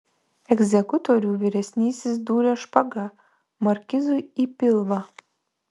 egzekutorių vyresnysis dūrė špaga markizui į pilvą